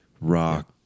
rock